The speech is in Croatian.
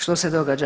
Što se događa?